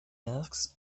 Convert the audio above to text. asked